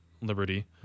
liberty